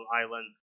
Island